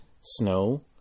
snow